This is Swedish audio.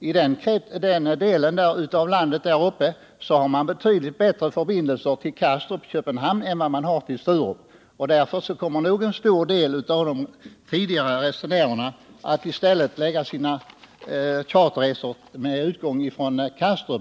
I den delen av landet har man nämligen betydligt bättre förbindelser till Kastrup utanför Köpenhamn än till Sturup, och därför kommer nog en stor del av dem att hellre resa från Kastrup.